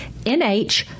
NH